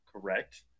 correct